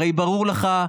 הרי ברור לך,